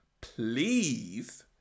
Please